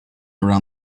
around